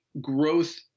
growth